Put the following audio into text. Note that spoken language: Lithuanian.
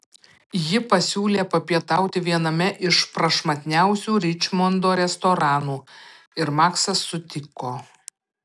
ji pasiūlė papietauti viename iš prašmatniausių ričmondo restoranų ir maksas sutiko